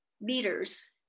meters